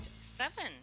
seven